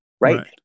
Right